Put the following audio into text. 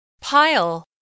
pile